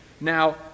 Now